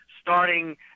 starting